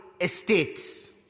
estates